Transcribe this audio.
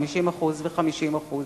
50% ו-50%.